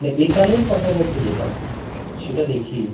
মানে একালের কথা বলতে যেটা সেটা দেখি